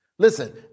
Listen